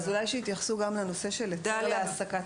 אז שיתייחסו גם לנושא של היתר להעסקת